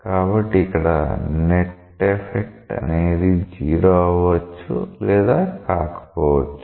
కాబట్టి ఇక్కడ net effect అనేది 0 అవ్వచ్చు లేదా కాకపోవచ్చు